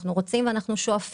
אנחנו רוצים ושואפים.